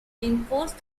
reinforced